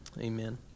Amen